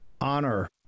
honor